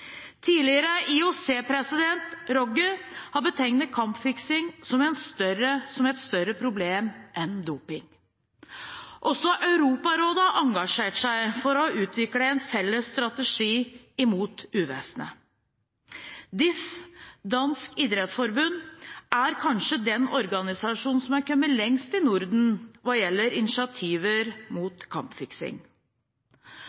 Rogge har betegnet kampfiksing som et større problem enn doping. Også Europarådet har engasjert seg for å utvikle en felles strategi mot uvesenet. DIF – Danmarks Idrætsforbund – er kanskje den organisasjonen som er kommet lengst i Norden hva gjelder initiativer